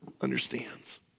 understands